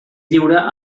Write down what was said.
lliure